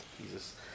Jesus